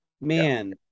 Man